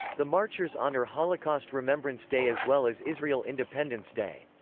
the marchers honor holocaust remembrance day as well as israel independence day.